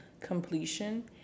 completion